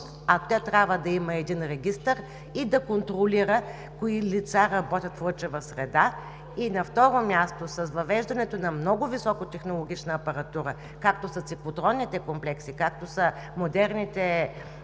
а трябва да има един регистър и да контролира кои лица работят в лъчева среда. На второ място, с въвеждането на високотехнологична апаратура, както са циклотронните комплекси, както са модерните